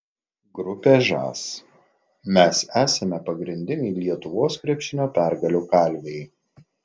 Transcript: grupė žas mes esame pagrindiniai lietuvos krepšinio pergalių kalviai